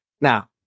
Now